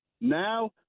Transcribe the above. Now